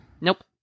Nope